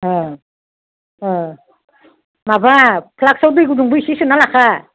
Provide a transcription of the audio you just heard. ओं ओं माबा फ्लाक्सआव दै गुदुंबो एसे सोना लाखा